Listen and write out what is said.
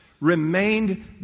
remained